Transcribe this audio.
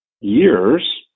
years